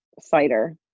cider